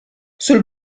sul